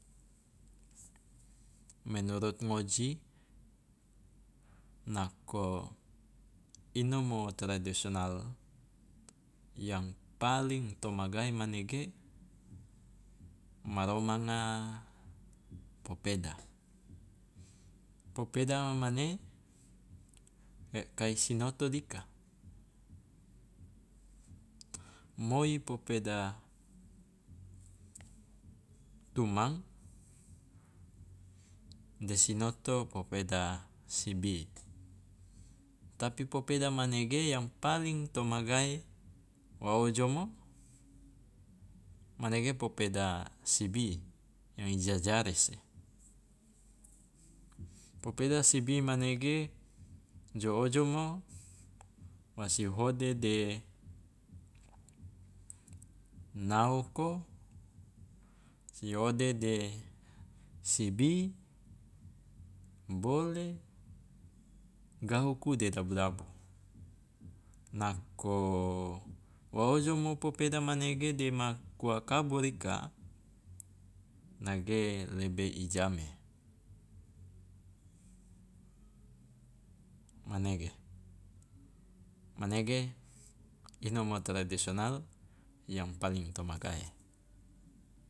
Menurut ngoji nako inomo tradisional yang paling to magae manege ma romanga popeda, popeda mane kai sinoto dika. Moi popeda tumang de sinoto popeda sibi, tapi popeda manege yang paling to magae wa ojomo manege popeda sibi yang i jajarese, popeda sibi manege jo ojomo wasi hode de naoko, si hode de sibi, bole, gauku de dabu dabu, nako wa ojomo popeda manege dema kua kabur ika nage lebe i jame, manege manege inomo tradisional yang paling to magae.